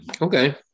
okay